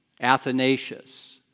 Athanasius